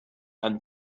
and